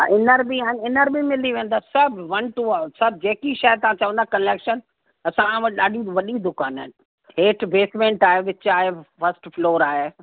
हा इन आइन इनर बी मिली वेंदा सभु वन टू ओ सभु जेकी शइ तव्हां चवंदा कलेक्शन असां वटि ॾाढियूं वॾी दुकान आहिनि हेठि वबेसमेंट आहे विच आहे फ़र्सट फ़्लॉर आहे